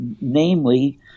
namely